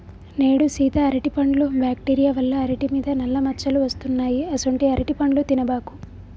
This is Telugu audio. నేడు సీత అరటిపండ్లు బ్యాక్టీరియా వల్ల అరిటి మీద నల్ల మచ్చలు వస్తున్నాయి అసొంటీ అరటిపండ్లు తినబాకు